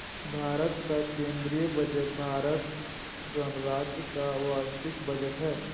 भारत का केंद्रीय बजट भारत गणराज्य का वार्षिक बजट है